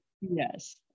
yes